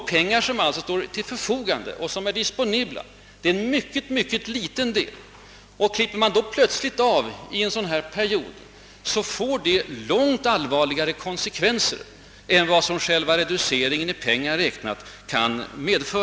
De pengar som står till förfogande och är disponibla är en mycket liten del. Om man helt plötslig klipper av en sådan period, så får det därför långt allvarligare konsekvenser än vad själva reduceringen i pengar räknat 1 och för sig medför.